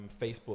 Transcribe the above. facebook